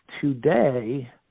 today